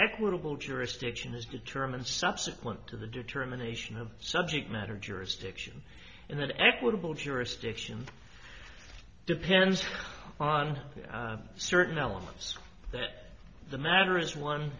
equitable jurisdiction is determined subsequent to the determination of subject matter jurisdiction and that equitable jurisdiction depends on certain elements that the matter is one